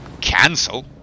cancel